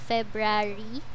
February